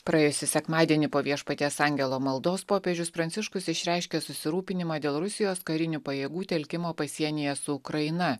praėjusį sekmadienį po viešpaties angelo maldos popiežius pranciškus išreiškė susirūpinimą dėl rusijos karinių pajėgų telkimo pasienyje su ukraina